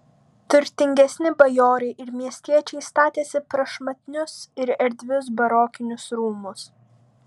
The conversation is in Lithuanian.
turtingesni bajorai ir miestiečiai statėsi prašmatnius ir erdvius barokinius rūmus